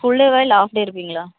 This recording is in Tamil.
ஃபுல் டேவா இல்லை ஹாஃப் டே இருப்பீங்களா